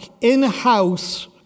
in-house